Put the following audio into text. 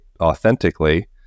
authentically